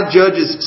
judges